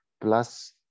plus